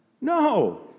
No